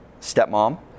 stepmom